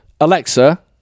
alexa